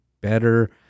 better